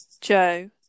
Joe